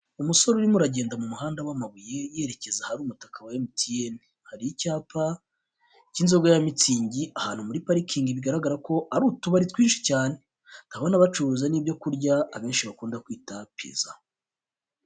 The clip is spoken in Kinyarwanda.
Umusore urimo uragenda mu muhanda w'amabuye yerekeza ahari umutaka wa emutiyene. Hari icyapa cy'inzoga ya mitsingi ahantu muri parikingi bigaragara ko ari utubari twinshi cyane, ndabona bacuruza n'ibyo kurya abenshi bakunda kwita piza.